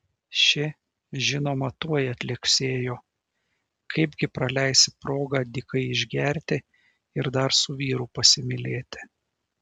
ši žinoma tuoj atliuoksėjo kaip gi praleisi progą dykai išgerti ir dar su vyru pasimylėti